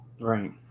right